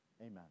Amen